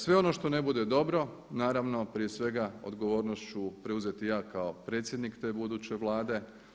Sve ono što ne bude dobro naravno prije svega odgovornošću preuzeti ja kao predsjednik te buduće Vlade.